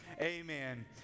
Amen